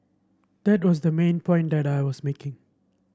that was the main point that I was making